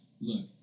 look